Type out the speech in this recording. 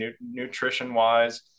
nutrition-wise